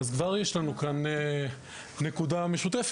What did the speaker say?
אז כבר יש לנו כאן נקודה משותפת.